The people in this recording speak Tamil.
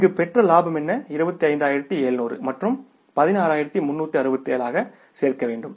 இங்கு பெற்ற லாபம் என்ன 25700 மற்றும் 16367 ஆக சேர்க்க வேண்டும்